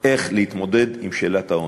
איך להתמודד עם שאלת העוני.